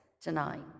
tonight